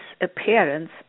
appearance